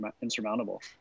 insurmountable